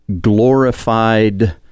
glorified